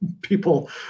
people